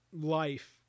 life